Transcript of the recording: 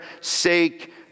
sake